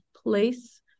Place